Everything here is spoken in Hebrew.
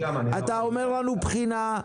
אתה אומר לנו בחינה,